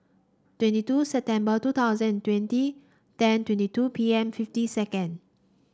twenty two September two thousand and twenty ten twenty two P M fifty second